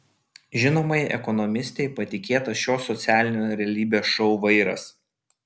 žinomai ekonomistei patikėtas šio socialinio realybės šou vairas